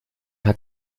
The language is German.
hat